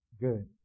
good